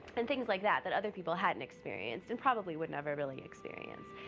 and things like that, that other people hadn't experienced, and probably would never really experience.